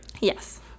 Yes